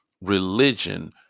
religion